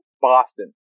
Boston